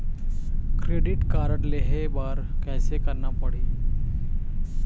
Credit card लेहे बर कैसे करना पड़ही?